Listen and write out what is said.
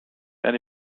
eine